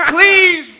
Please